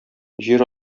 җир